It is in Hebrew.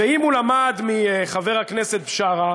ואם הוא למד מחבר הכנסת בשארה,